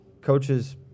coaches